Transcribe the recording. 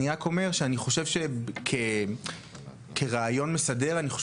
אני רק אומר שכרעיון מסדר אני חושב